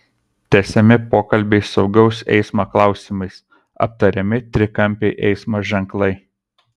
tęsiami pokalbiai saugaus eismo klausimais aptariami trikampiai eismo ženklai